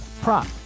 prop